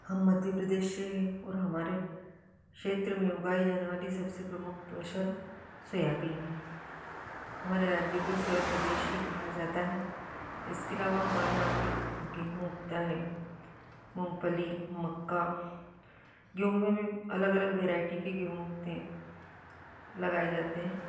हम मध्य प्रदेश से हैं और हमारे क्षेत्र में उगाई जाने वाली सबसे प्रमुख फसल सोयाबीन है हमारे राज्य को सोया प्रदेश ही कहा जाता है इसके अलावा हमारे यहाँ पर गेहूँ उगता है मूँगफली मक्का गेहूँ में भी अलग अलग वेरायटी की गेहूँ उगते हैं लगाए जाते हैं